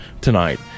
Tonight